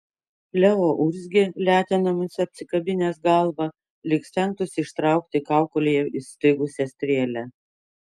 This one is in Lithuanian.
leo urzgė letenomis apsikabinęs galvą lyg stengtųsi ištraukti kaukolėje įstrigusią strėlę